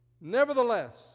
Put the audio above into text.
Nevertheless